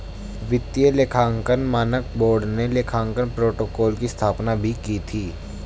वित्तीय लेखांकन मानक बोर्ड ने लेखांकन प्रोटोकॉल की स्थापना भी की थी